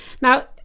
Now